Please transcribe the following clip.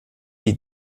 gli